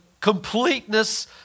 completeness